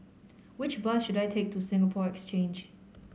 which bus should I take to Singapore Exchange